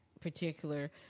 particular